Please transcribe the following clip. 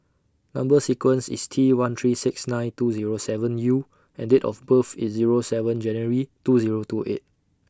Number sequence IS T one three six nine two Zero seven U and Date of birth IS Zero seven January two Zero two eight